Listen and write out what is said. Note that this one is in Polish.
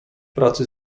pracy